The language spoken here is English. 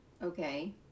okay